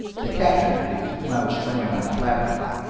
the captain, with whom i was strolling on the platform,